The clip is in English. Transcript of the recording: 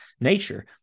nature